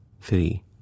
three